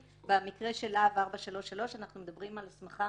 במקרה של להב 433 אנחנו מדברים על הסמכה